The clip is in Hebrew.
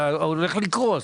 זה הולך לקרות.